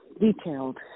detailed